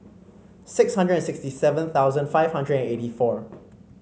six hundred and sixty seven thousand five hundred and eighty four